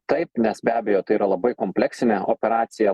taip nes be abejo tai yra labai kompleksinė operacija